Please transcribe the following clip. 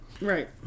Right